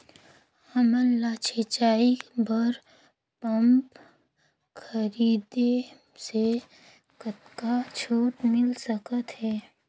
हमन ला सिंचाई बर पंप खरीदे से कतका छूट मिल सकत हे?